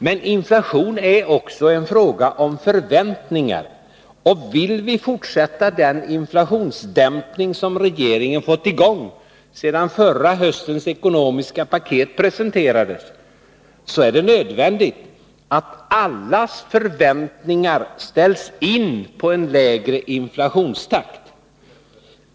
Men inflation är också en fråga om förväntningar, och vill vi fortsätta den inflationsdämpning som regeringen fått i gång sedan förra höstens ekonomiska paket presenterades, är det nödvändigt att allas förväntningar ställs in på en lägre inflationstakt.